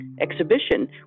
exhibition